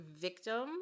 victim